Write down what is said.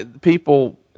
people